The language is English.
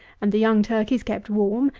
and the young turkeys kept warm,